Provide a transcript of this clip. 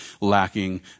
lacking